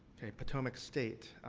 okay, potomac state,